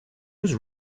was